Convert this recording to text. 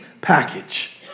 package